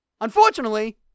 Unfortunately